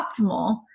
optimal